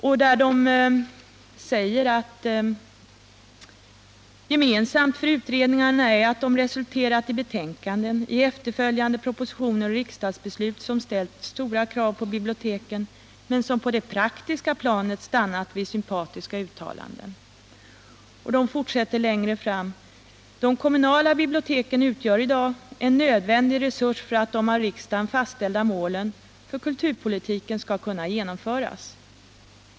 I brevet sägs det att gemensamt för utredningarna är att de resulterat i betänkanden som i sin tur föranlett propositioner och riksdagsbeslut som ställt stora krav på biblioteken men som på det praktiska planet stannat vid sympatiska uttalanden. Längre fram i brevet säger man att de kommunala biblioteken i dag utgör en nödvändig resurs för att de av riksdagen fastställda målen för kulturpolitiken skall kunna genomföras.